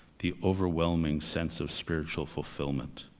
the overwhelming sense of spiritual fulfillment.